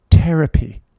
Therapy